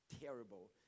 terrible